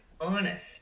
honest